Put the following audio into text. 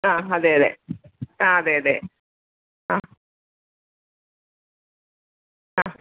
ആ അതെ അതെ ആ അതെ അതെ ആ ആ